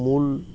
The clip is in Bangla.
মূল